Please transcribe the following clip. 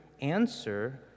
answer